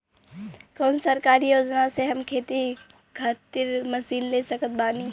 कौन सरकारी योजना से हम खेती खातिर मशीन ले सकत बानी?